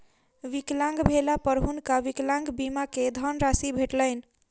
विकलांग भेला पर हुनका विकलांग बीमा के धनराशि भेटलैन